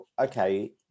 okay